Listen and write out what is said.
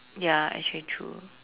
ya actually true